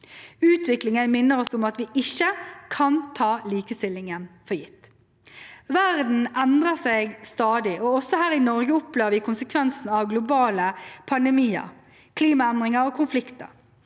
Utviklingen minner oss på at vi ikke kan ta likestillingen for gitt. Verden endrer seg stadig, og også her i Norge opplever vi konsekvensene av globale pandemier, klimaendringer og konflikter.